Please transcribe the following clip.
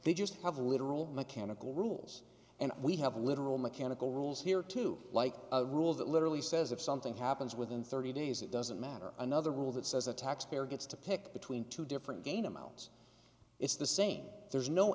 they just have literal mechanical rules and we have literal mechanical rules here too like rules that literally says if something happens within thirty days it doesn't matter another rule that says a taxpayer gets to pick between two different gain amounts it's the same there's no